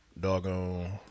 doggone